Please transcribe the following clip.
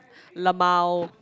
lmao